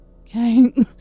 okay